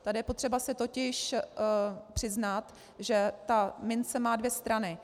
Tady je potřeba si totiž přiznat, že ta mince má dvě strany.